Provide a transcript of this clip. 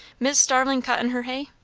mis' starling cuttin' her hay?